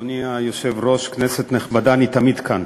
אדוני היושב-ראש, כנסת נכבדה, אני תמיד כאן,